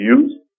Use